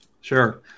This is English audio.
Sure